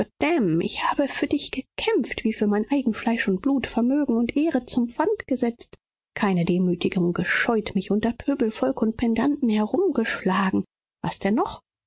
ich habe für dich gekämpft wie für mein eigen fleisch und blut vermögen und ehre zum pfand gesetzt keine demütigung gescheut mich unter pöbelvolk und pedanten herumgeschlagen was denn noch